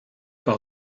par